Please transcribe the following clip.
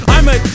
I'ma